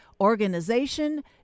organization